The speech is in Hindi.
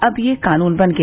अब ये कानून बन गया